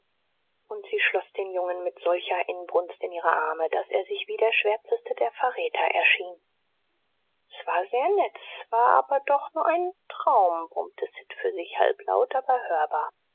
und sie schloß den jungen mit solcher inbrunst in ihre arme daß er sich wie der schwärzeste der verräter erschien s war sehr nett s war aber doch nur ein traum brummte sid für sich halblaut aber hörbar